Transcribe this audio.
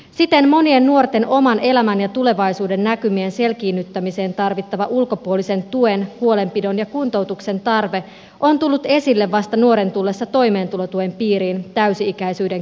siten monien nuorten oman elämän ja tulevaisuudennäkymien selkiinnyttämiseen tarvittava ulkopuolisen tuen huolenpidon ja kuntoutuksen tarve on tullut esille vasta nuoren tullessa toimeentulotuen piiriin täysi ikäisyyden kynnyksellä